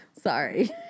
Sorry